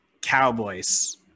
Cowboys